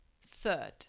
Third